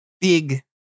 Big